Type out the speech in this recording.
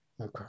Okay